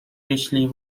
richly